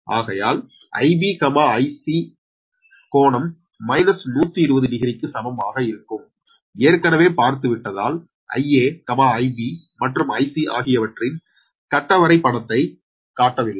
ஆகையால் Ib Ia கோணம் 1200 க்கு சமமாக இருக்கும் ஏற்கனவே பார்த்து விட்டதால் Ia Ib மற்றும் Ic ஆகியவற்றின் கட்டவரை படத்தை காட்டவில்லை